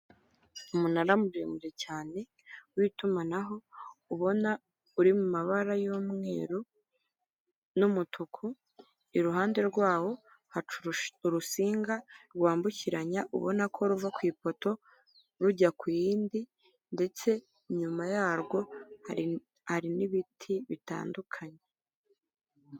Umunara muremure cyane w'itumanaho ubona uri mu mabara y'umweru n'umutuku, iruhande rwawo haca urusinga rwambukiranya ubona ko ruva ku ipoto rujya ku yindi ndetse inyuma yarwo hari n'ibiti bitandukanye.